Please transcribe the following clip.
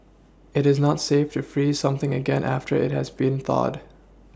it is not safe to freeze something again after it has been thawed